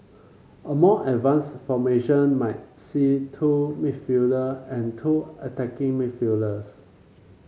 a more advanced formation might see two and two attacking